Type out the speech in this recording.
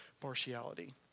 partiality